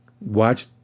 watch